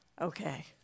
okay